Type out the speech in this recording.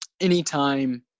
anytime